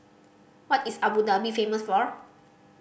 what is Abu Dhabi famous for